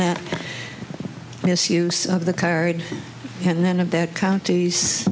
that misuse of the card and then of that counties